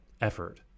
effort